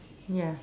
ya